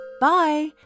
Bye